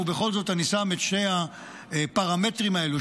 ובכל זאת אני שם את שני הפרמטרים האלה,